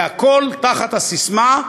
והכול תחת הססמה: